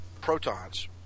protons –